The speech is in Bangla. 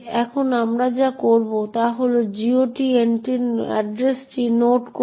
এখন আমরা যা করব তা হল GOT এন্ট্রির এড্রেসটি নোট করুন